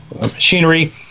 machinery